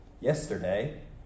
yesterday